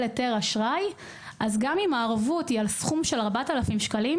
היתר אשראי אז גם אם הערבות היא על סכום של 4,000 שקלים,